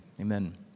amen